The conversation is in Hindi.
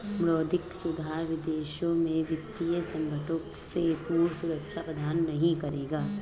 मौद्रिक सुधार विदेशों में वित्तीय संकटों से पूर्ण सुरक्षा प्रदान नहीं करेगा